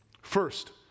First